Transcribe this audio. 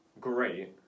great